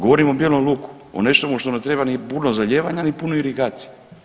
Govorim o bijelom luku, o nečemu šta ne treba ni puno zalijevanja ni puno irigacije.